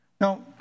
Now